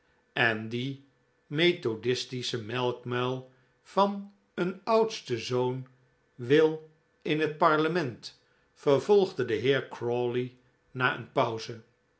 en die methodistische melkmuil van een oudsten zoon wil in het parlement vervolgde de heer crawley na een pauze